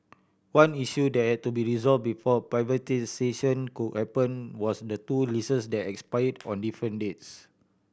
one issue that to be resolve before privatisation could happen was the two leases that expire on different dates